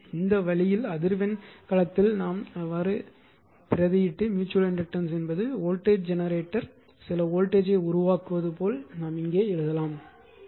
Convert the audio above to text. எனவே இந்த வழியில் அதிர்வெண் களத்தில் மாற்ற முடியும் ம்யூச்சுவல் இண்டக்டன்ஸ் என்பது வோல்டேஜ் ஜெனரேட்டர் சில வோல்டேஜ் யை உருவாக்குவது போல் இங்கே எழுதலாம்